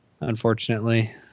Unfortunately